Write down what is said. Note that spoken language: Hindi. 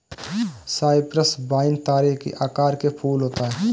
साइप्रस वाइन तारे के आकार के फूल होता है